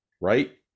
right